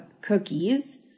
cookies